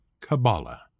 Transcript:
Kabbalah